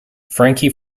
frankie